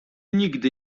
nigdy